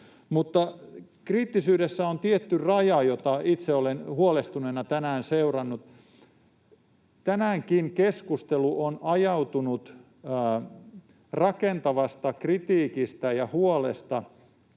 Mutta kriittisyydessä on tietty raja, jota itse olen huolestuneena tänään seurannut. Tänäänkin keskustelu on ajautunut rakentavasta kritiikistä ja huolesta